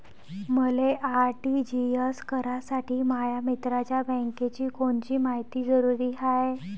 मले आर.टी.जी.एस करासाठी माया मित्राच्या बँकेची कोनची मायती जरुरी हाय?